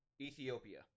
Ethiopia